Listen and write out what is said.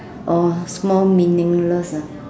orh small meaningless ah